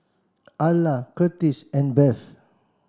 Arla Kurtis and Bev